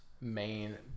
main